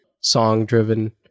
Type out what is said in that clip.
song-driven